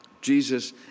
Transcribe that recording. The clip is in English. Jesus